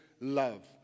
love